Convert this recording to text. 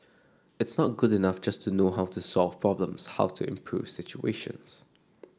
it's not good enough just to know how to solve problems how to improves situations